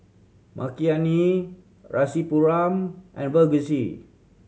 Makineni Rasipuram and Verghese